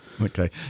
okay